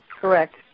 Correct